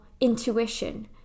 intuition